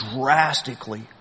drastically